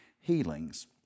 healings